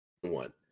one